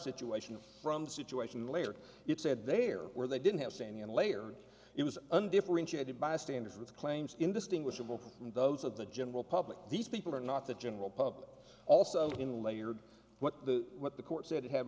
situation from the situation later you said there where they didn't have sandy and layered it was undifferentiated bystanders with claims indistinguishable from those of the general public these people are not the general public also in layered what the what the court said have